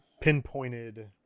pinpointed